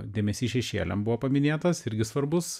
dėmesys šešėliam buvo paminėtas irgi svarbus